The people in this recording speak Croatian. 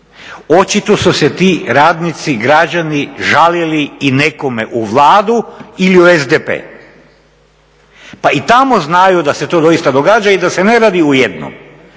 Očito su se ti radnici, građani žalili i nekome u Vladu ili u SDP, pa i tamo znaju da se to doista događa i da se ne radi o 1, ne